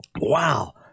Wow